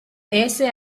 ese